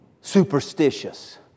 superstitious